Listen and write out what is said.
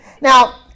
Now